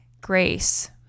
Grace